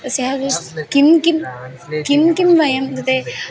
तस्याः तु किं किं किं किं वयं ते